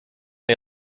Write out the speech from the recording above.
les